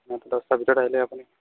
নটা দহটা ভিতৰত আহিলেই হ'ব আপুনি